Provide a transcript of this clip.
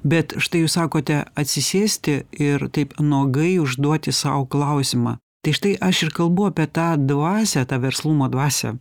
bet štai jūs sakote atsisėsti ir taip nuogai užduoti sau klausimą tai štai aš ir kalbu apie tą dvasią tą verslumo dvasią